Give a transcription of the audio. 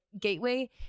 gateway